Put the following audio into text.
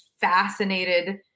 fascinated